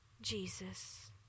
Jesus